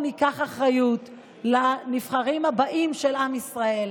ניקח אחריות לנבחרים הבאים של עם ישראל,